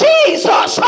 Jesus